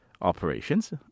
operations